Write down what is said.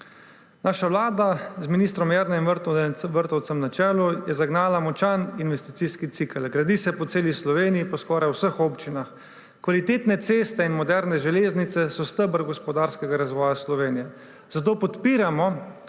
Naša vlada je z ministrom Jernejem Vrtovcem na čelu zagnala močan investicijski cikel. Gradi se po celi Sloveniji, po skoraj vseh občinah. Kvalitetne ceste in moderne železnice so steber gospodarskega razvoja Slovenije, zato podpiramo